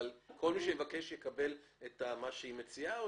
האם כל מי שיבקש יקבל את מה שהיא מציעה,